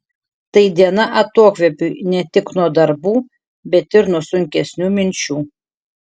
tai diena atokvėpiui ne tik nuo darbų bet ir nuo sunkesnių minčių